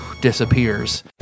disappears